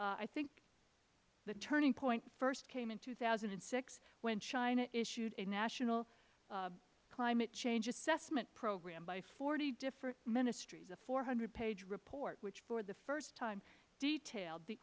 change i think the turning point first came in two thousand and six when china issued a national climate change assessment program by forty different ministries a four hundred page report which for the first time detailed the